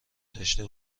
داشته